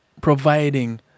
providing